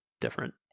different